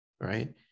Right